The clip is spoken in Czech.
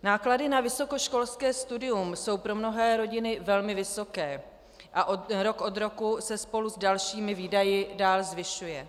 Náklady na vysokoškolské studium jsou pro mnohé rodiny velmi vysoké a rok od roku se spolu s dalšími výdaji dál zvyšují.